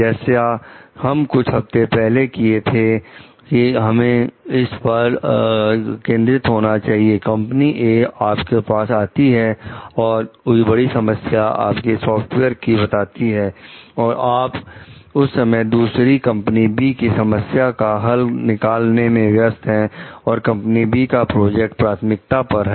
जैसा हम कुछ हफ्ते पहले किए थे हमें इस पर केंद्रित होना चाहिए कंपनी " ए" आपके पास आती है और कोई बड़ी समस्या आपके सॉफ्टवेयर की बताती है और आप उस समय दूसरी कंपनी "बी" की समस्या का हल निकालने में व्यस्त हैं और कंपनी " बी" का प्रोजेक्ट प्राथमिकता पर है